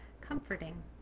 comforting